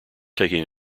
taking